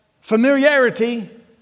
familiarity